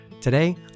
Today